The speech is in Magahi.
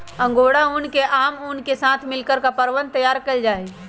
अंगोरा ऊन के आम ऊन के साथ मिलकर कपड़वन तैयार कइल जाहई